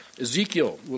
Ezekiel